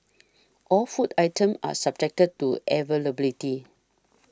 all food items are subjected to availability